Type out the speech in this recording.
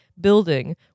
building